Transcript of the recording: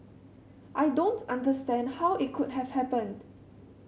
I don't understand how it could have happened